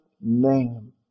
name